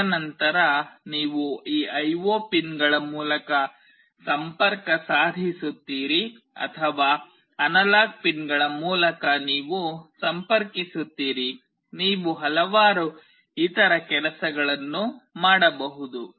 ತದನಂತರ ನೀವು ಈ ಐಒ ಪಿನ್ಗಳ ಮೂಲಕ ಸಂಪರ್ಕ ಸಾಧಿಸುತ್ತೀರಿ ಅಥವಾ ಅನಲಾಗ್ ಪಿನ್ಗಳ ಮೂಲಕ ನೀವು ಸಂಪರ್ಕಿಸುತ್ತೀರಿ ನೀವು ಹಲವಾರು ಇತರ ಕೆಲಸಗಳನ್ನು ಮಾಡಬಹುದು